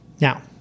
Now